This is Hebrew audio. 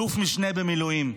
אלוף משנה במילואים,